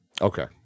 Okay